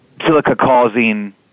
silica-causing